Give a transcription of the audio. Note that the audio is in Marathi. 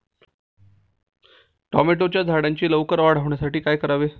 टोमॅटोच्या झाडांची लवकर वाढ होण्यासाठी काय करावे?